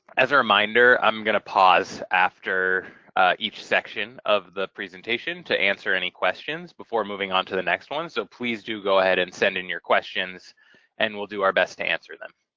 as a reminder i'm gonna pause after each section of the presentation to answer any questions before moving on to the next one, so please do go ahead and send in your questions and we'll do our best to answer them.